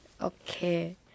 Okay